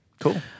Cool